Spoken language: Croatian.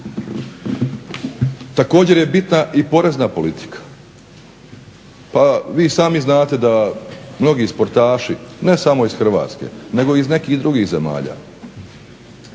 Također je bitna i porezna politika. Pa vi sami znate da mnogi sportaši ne samo iz Hrvatske nego iz nekih drugih zemalja